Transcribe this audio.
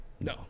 No